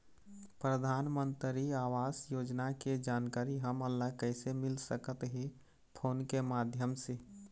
परधानमंतरी आवास योजना के जानकारी हमन ला कइसे मिल सकत हे, फोन के माध्यम से?